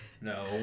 No